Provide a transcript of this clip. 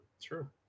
true